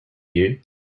you